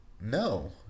no